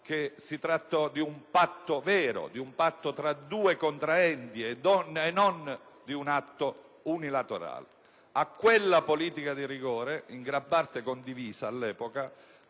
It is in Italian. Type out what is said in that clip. che si concluse un patto vero tra due contraenti e non un atto unilaterale. A quella politica di rigore, in gran parte condivisa all'epoca,